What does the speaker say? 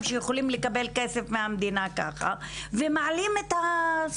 שהם יכולים כך לקבל כסף מהמדינה ומעלים את הסכום.